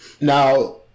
Now